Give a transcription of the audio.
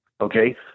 Okay